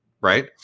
right